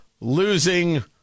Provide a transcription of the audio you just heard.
losing